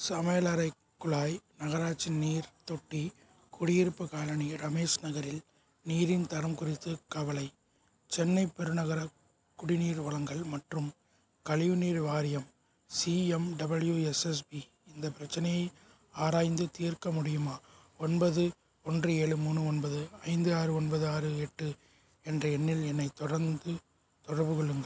சமையலறை குழாய் நகராட்சி நீர்த் தொட்டி குடியிருப்பு காலனி ரமேஷ் நகரில் நீரின் தரம் குறித்து கவலை சென்னை பெருநகர குடிநீர் வழங்கல் மற்றும் கழிவுநீர் வாரியம் சிஎம்டபிள்யூஎஸ்எஸ்பி இந்த பிரச்சனையை ஆராய்ந்து தீர்க்க முடியுமா ஒன்பது ஒன்று ஏழு மூணு ஒன்பது ஐந்து ஆறு ஒன்பது ஆறு எட்டு என்ற எண்ணில் என்னைத் தொடர்ந்து தொடர்பு கொள்ளுங்கள்